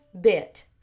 bit